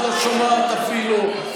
את לא שומעת אפילו.